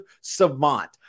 savant